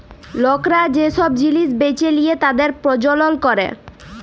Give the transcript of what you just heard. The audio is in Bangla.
লকরা যে সব জিলিস বেঁচে লিয়ে তাদের প্রজ্বলল ক্যরে